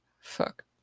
Fuck